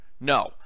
No